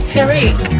Tariq